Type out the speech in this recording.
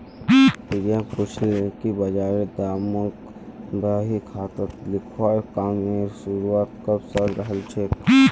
प्रियांक पूछले कि बजारेर दामक बही खातात लिखवार कामेर शुरुआत कब स हलछेक